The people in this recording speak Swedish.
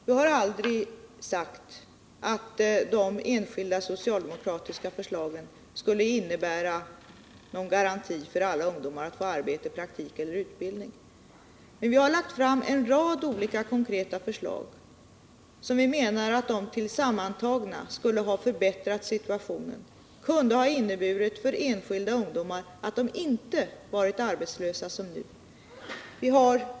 Jag har aldrig påstått att de enskilda socialdemokratiska förslagen skulle innebära någon garanti för att alla ungdomar skulle få arbete, praktik eller utbildning, men vi har lagt fram en rad olika, konkreta förslag som tillsammantagna skulle ha förbättrat situationen, som för enskilda ungdomar kunde ha inneburit att de inte hade varit arbetslösa som nu.